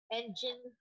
engine